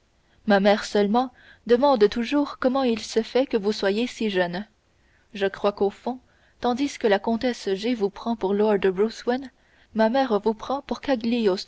ma mère seulement demande toujours comment il se fait que vous soyez si jeune je crois qu'au fond tandis que la comtesse g vous prend pour lord ruthwen ma mère vous prend pour